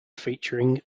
featuring